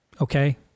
okay